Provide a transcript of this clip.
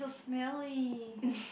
smelly